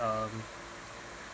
um